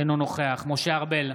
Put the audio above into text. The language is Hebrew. אינו נוכח משה ארבל,